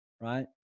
right